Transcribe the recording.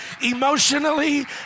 emotionally